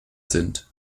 sind